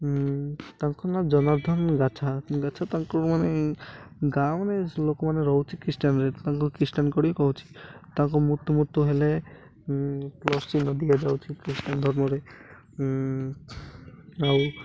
ତାଙ୍କ ନାଁ ଜନାର୍ଦନ ଗାଚ୍ଛା ଗାଚ୍ଛା ତାଙ୍କୁ ମାନେ ଗାଁ ମାନେ ଲୋକମାନେ ରହୁଛି ଖ୍ରୀଷ୍ଟିଆନରେ ତାଙ୍କୁ ଖ୍ରୀଷ୍ଟାଆନ କରି କହୁଛି ତାଙ୍କ ମୃତ୍ୟୁ ମୃତ୍ୟୁ ହେଲେ ପ୍ଲସ ଚିହ୍ନ ଦିଆଯାଉଛି ଖ୍ରୀଷ୍ଟିଆନ ଧର୍ମରେ ଆଉ